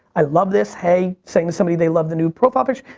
i love this, hey, saying to somebody they love the new profile picture.